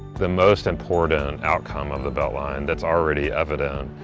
the most important outcome of the beltline that's already evident,